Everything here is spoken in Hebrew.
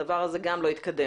הדבר הזה גם לא התקדם.